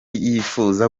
yifuza